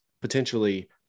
potentially